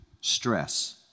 stress